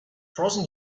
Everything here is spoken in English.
frozen